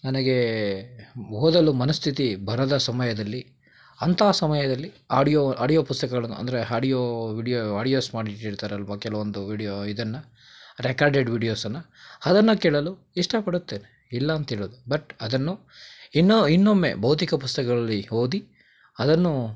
ನನಗೆ ಓದಲು ಮನಸ್ಥಿತಿ ಬರದ ಸಮಯದಲ್ಲಿ ಅಂತಹ ಸಮಯದಲ್ಲಿ ಆಡಿಯೋ ಆಡಿಯೋ ಪುಸ್ತಕಗಳನ್ನು ಅಂದರೆ ಹಾಡಿಯೋ ವೀಡಿಯೋ ಆಡಿಯೋ ಇರ್ತಾರಲ್ವ ಕೆಲವೊಂದು ವೀಡಿಯೋ ಇದನ್ನು ರೆಕಾರ್ಡೆಡ್ ವೀಡಿಯೋಸನ್ನು ಅದನ್ನು ಕೇಳಲು ಇಷ್ಟಪಡುತ್ತೇನೆ ಇಲ್ಲ ಅಂಥೇಳಲ್ಲ ಬಟ್ ಅದನ್ನು ಇನ್ನು ಇನ್ನೊಮ್ಮೆ ಭೌತಿಕ ಪುಸ್ತಕಗಳಲ್ಲಿ ಓದಿ ಅದನ್ನು